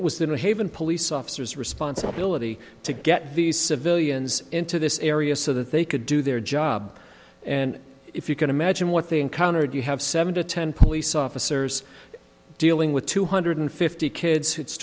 it was the haven police officers responsibility to get these civilians into this area so that they could do their job and if you can imagine what they encountered you have seven to ten police officers dealing with two hundred fifty kids